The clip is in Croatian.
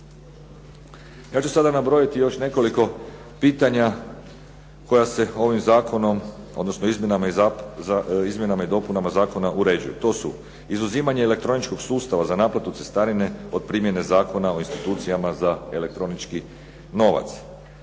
Ja ću sada nabrojiti još nekoliko pitanja koja se ovim zakonom, odnosno izmjenama i dopunama zakona uređuju. To su: izuzimanje elektroničkog sustava za naplatu cestarine od primjene Zakona o institucijama za elektronički novac.